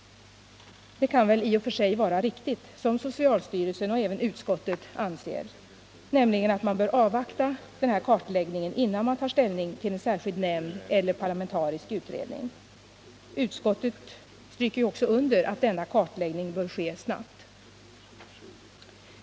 Det kan väl i och för sig vara riktigt som socialstyrelsen och även utskottet anser, nämligen att man bör avvakta denna kartläggning innan man tar ställning till en särskild nämnd eller parlamentarisk utredning. Utskottet stryker ju också under att denna kartläggning bör ske snabbt.